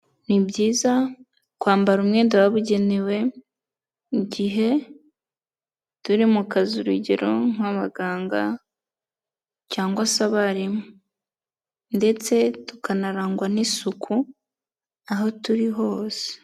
Ni byiza kwambara umwenda wabugenewe igihe turi mu kazi, urugero nk'abaganga cyangwa se abarimu ndetse tukanarangwa n'isuku aho turi hose.